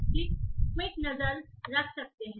तो हम उनमें से एक पर क्विक नज़र रख सकते हैं